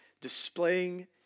displaying